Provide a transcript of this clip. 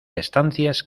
estancias